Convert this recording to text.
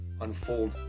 unfold